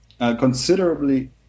considerably